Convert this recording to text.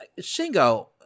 Shingo